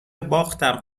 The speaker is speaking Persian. باختم